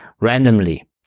randomly